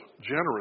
generous